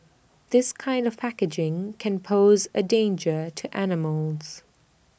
this kind of packaging can pose A danger to animals